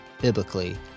biblically